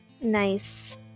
Nice